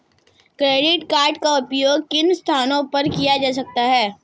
Credit card का उपयोग किन स्थानों पर किया जा सकता है?